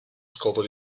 scopo